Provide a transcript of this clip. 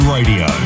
Radio